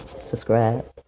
Subscribe